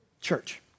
church